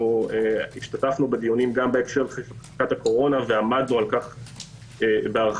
השתתפנו בדיונים גם בתקופת הקורונה ועמדנו על כך בהרחבה.